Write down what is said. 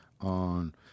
on